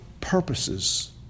purposes